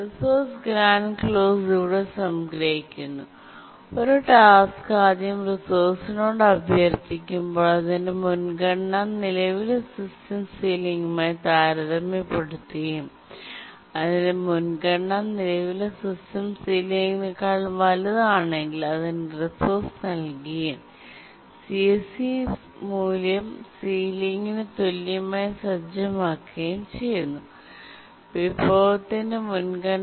resource grant clause ഇവിടെ സംഗ്രഹിക്കുന്നു ഒരു ടാസ്ക് ആദ്യം റിസോഴ്സിനോട് അഭ്യർത്ഥിക്കുമ്പോൾ അതിന്റെ മുൻഗണന നിലവിലെ സിസ്റ്റം സീലിംഗുമായി താരതമ്യപ്പെടുത്തുകയും അതിന്റെ മുൻഗണന നിലവിലെ സിസ്റ്റം സീലിംഗിനേക്കാൾ വലുതാണെങ്കിൽ അതിന് റിസോഴ്സ് നൽകുകയും CSC മൂല്യം സീലിംഗിന് തുല്യമായി സജ്ജമാക്കുകയും ചെയ്യുന്നു വിഭവത്തിന്റെ മുൻഗണന